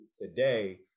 today